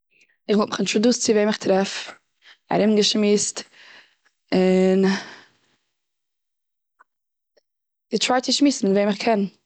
איך וואלט מיך אינטרודוסט צו וועם איך טרעף, ארום געשמעוסט. און, געטרייט צו שמעוסן מיט וועם איך קען.